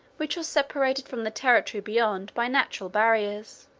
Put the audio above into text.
which was separated from the territory beyond by natural barriers.